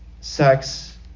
sex